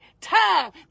time